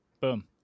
Boom